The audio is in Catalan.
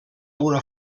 una